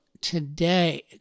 today